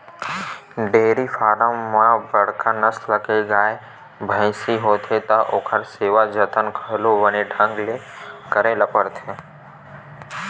dairy farm म बड़का नसल के गाय, भइसी होथे त ओखर सेवा जतन घलो बने ढंग ले करे ल परथे